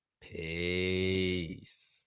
Peace